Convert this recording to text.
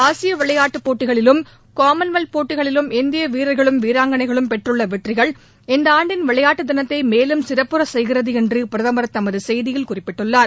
ஆசிய விளையாட்டுப் போட்டிகளிலும் காமன்வெல்த் போட்டிகளிலும் இந்திய வீரர்களும் வீராங்களைகளும் பெற்றுள்ள வெற்றிகள் இந்த ஆண்டின் விளையாட்டு தினத்தை மேலும் சிறப்புறச் செய்கிறது என்று பிரதமர் தமது செய்தியில் குறிப்பிட்டுள்ளார்